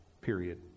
period